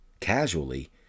casually